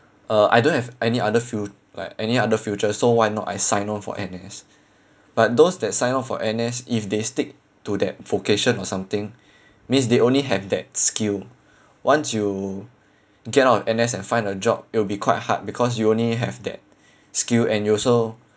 uh I don't have any other fut~ like any other future so why not I sign on for N_S but those that sign on for N_S if they stick to that vocation or something means they only have that skill once you get out of N_S and find a job it'll be quite hard because you only have that skill and you also